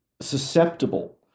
susceptible